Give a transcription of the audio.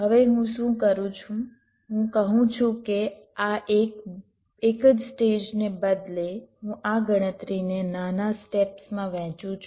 હવે હું શું કરું છું હું કહું છું કે આ એક જ સ્ટેજને બદલે હું આ ગણતરીને નાના સ્ટેપ્સમાં વહેંચું છું